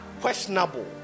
questionable